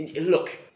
Look